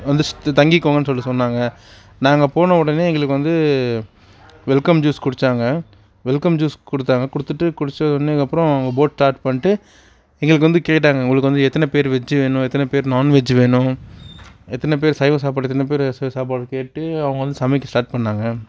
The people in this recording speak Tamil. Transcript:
வந்து தங்கிக்கோங்கன்னு சொல்லிட்டு சொன்னாங்க நாங்கள் போன உடனே எங்களுக்கு வந்து வெல்க்கம் ஜூஸ் குடித்தாங்க வெல்க்கம் ஜூஸ் கொடுத்தாங்க கொடுத்துட்டு குடித்த உடனேக்கு அப்புறம் அவங்க போட் ஸ்டார்ட் பண்ணிவிட்டு எங்களுக்கு வந்து கேட்டாங்க உங்களுக்கு வந்து எத்தனன பேர் வெஜ்ஜு வேணும் எத்தனை பேர் நான்வெஜ்ஜு வேணும் எத்தனை பேர் சைவ சாப்பாடு எத்தனை பேர் அசைவ சாப்பாடுனு கேட்டு அவங்க வந்து சமைக்க ஸ்டார்ட் பண்ணிணாங்க